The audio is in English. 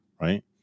right